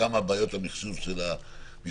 כמה בעיות המחשוב של המשטרה,